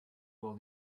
while